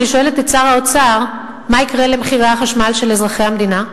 אני שואלת את שר האוצר: מה יקרה למחירי החשמל של אזרחי המדינה?